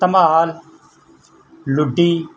Dhamal Luddi